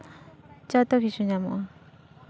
ᱡᱚᱛᱚ ᱠᱤᱪᱷᱩ ᱧᱟᱢᱚᱜᱼᱟ